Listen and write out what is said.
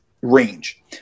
range